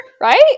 right